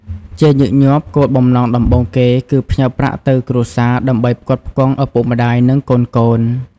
ជាញឹកញាប់ គោលបំណងដំបូងគេគឺផ្ញើប្រាក់ទៅគ្រួសារដើម្បីផ្គត់ផ្គង់ឪពុកម្តាយ និងកូនៗ។